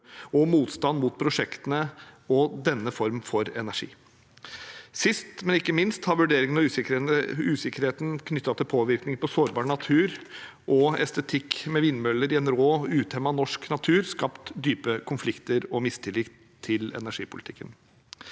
og motstand mot prosjektene og denne form for energi. Sist, men ikke minst, har vurderingene og usikkerheten knyttet til påvirkning på sårbar natur og estetikk, med vindmøller i en rå, utemmet norsk natur, skapt dype konflikter og mistillit til energipolitikken.